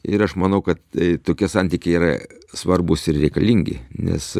ir aš manau kad tokie santykiai yra svarbūs ir reikalingi nes